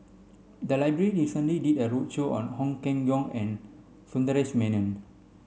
the library recently did a roadshow on Ong Keng Yong and Sundaresh Menon